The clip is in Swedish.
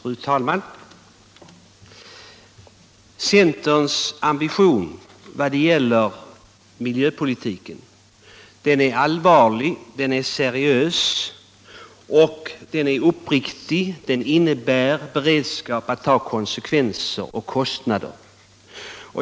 Fru talman! Centerns ambition vad gäller miljöpolitiken är allvarlig och uppriktig. Den innebär beredskap att ta konsekvenser och kostnader.